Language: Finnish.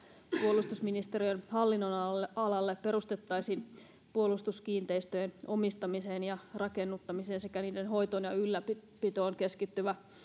puolustusministeriön hallinnonalalle perustettaisiin puolustuskiinteistöjen omistamiseen ja rakennuttamiseen sekä niiden hoitoon ja ylläpitoon keskittyvä